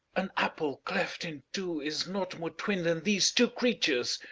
an apple cleft in two is not more twin than these two creatures.